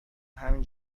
همین